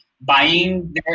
buying